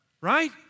Right